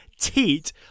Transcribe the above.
teat